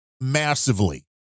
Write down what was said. massively